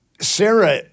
Sarah